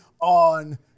on